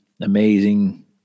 amazing